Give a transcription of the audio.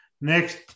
next